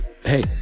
Hey